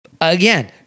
Again